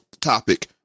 topic